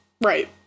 Right